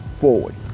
forward